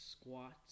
squats